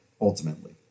ultimately